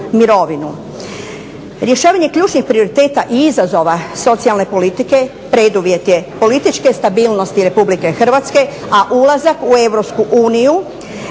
Rješavanje ključnih prioriteta i izazova socijalne politike preduvjet je političke stabilnosti RH, a ulazak u EU znači